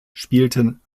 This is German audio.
spielten